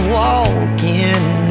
walking